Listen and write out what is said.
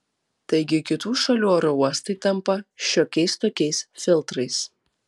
taigi kitų šalių oro uostai tampa šiokiais tokiais filtrais